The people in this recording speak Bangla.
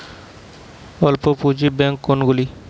অল্প পুঁজি ব্যাঙ্ক কোনগুলি?